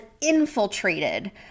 infiltrated